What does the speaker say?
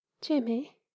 Jimmy